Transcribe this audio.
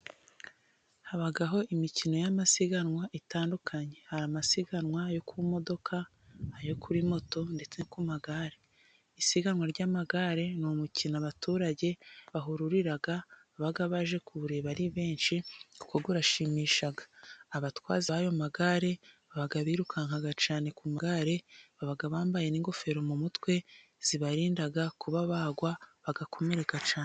Habaho imikino y'amasiganwa itandukanye hari, amasiganwa yo ku modoka, ayo kuri moto ,ndetse ku magare .Isiganwa ry'amagare ni umukino abaturage bahururira, baba baje kuwureba ari benshi kuko urashimisha ,abatwazi b'ayo magare baba birukanka cyane ku magare ,bambaye n'ingofero mu mutwe, zibarinda kuba bagwa bagakomereka cyane.